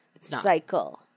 cycle